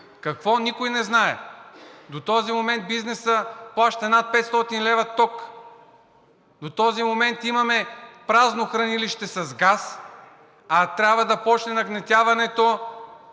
Какво - никой не знае! До този момент бизнесът плаща над 500 лв. ток, до този момент имаме празно хранилище с газ, а трябваше да почне нагнетяването